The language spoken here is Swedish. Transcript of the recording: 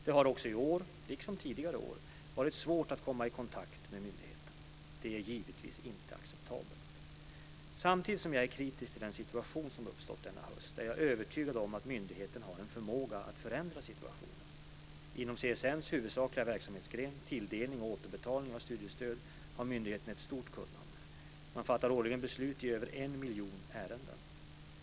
Det har också i år, liksom tidigare år, varit svårt att komma i kontakt med myndigheten. Det är givetvis inte acceptabelt. Samtidigt som jag är kritisk till den situation som uppstått denna höst är jag övertygad om att myndigheten har en förmåga att förändra situationen. Inom CSN:s huvudsakliga verksamhetsgren, tilldelning och återbetalning av studiestöd, har myndigheten ett stort kunnande. Man fattar årligen beslut i över en miljon ärenden.